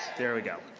there we go.